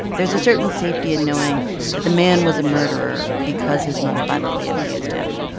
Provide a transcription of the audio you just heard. there's a certain safety and knowing that the man was a murderer because his mother violently abused him.